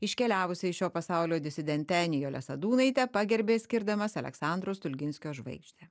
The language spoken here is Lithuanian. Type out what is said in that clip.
iškeliavusia iš šio pasaulio disidente nijole sadūnaite pagerbė skirdamas aleksandro stulginskio žvaigždę